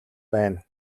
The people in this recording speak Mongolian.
байна